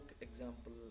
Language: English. example